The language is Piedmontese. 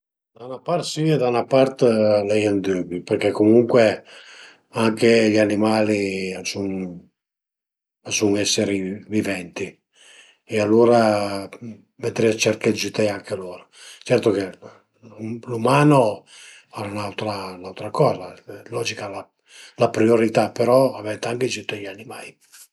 Da 'na part si e da 'na part l'ai ün dübi perché comuncue anche gli animali a sun a sun esseri viventi e alure ventarìa cerché dë giüteie anche lur. Certo che l'umano al e ün'autra ün'autra coza, logich al a la prioirità però a venta anche giüté i animai